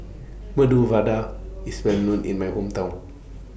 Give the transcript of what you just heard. Medu Vada IS Well known in My Hometown